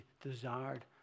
desired